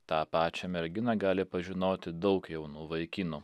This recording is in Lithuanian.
tą pačią merginą gali pažinoti daug jaunų vaikinų